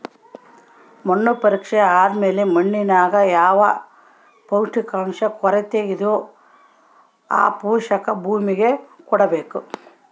ಮಣ್ಣು ಪರೀಕ್ಷೆ ಆದ್ಮೇಲೆ ಮಣ್ಣಿನಾಗ ಯಾವ ಪೋಷಕಾಂಶ ಕೊರತೆಯಿದೋ ಆ ಪೋಷಾಕು ಭೂಮಿಗೆ ಕೊಡ್ಬೇಕು